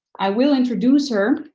i will introduce her.